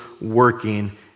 working